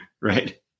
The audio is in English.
Right